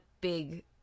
big